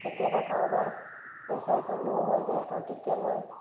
কেতিয়াবা কাৰোবাৰ প্ৰেচাৰটো ল' হৈ যায় আৰু তেতিয়া মই